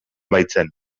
baitzen